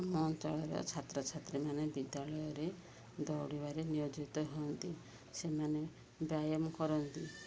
ଆମ ଅଞ୍ଚଳର ଛାତ୍ରଛାତ୍ରୀମାନେ ବିଦ୍ୟାଳୟରେ ଦୌଡ଼ିବାରେ ନିୟୋଜିତ ହୁଅନ୍ତି ସେମାନେ ବ୍ୟାୟାମ କରନ୍ତି